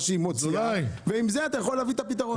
שהיא מוציאה ועם זה אתה יכול להביא את הפתרון.